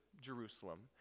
Jerusalem